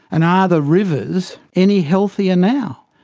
and are the rivers any healthier now?